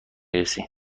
رسی